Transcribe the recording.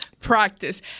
practice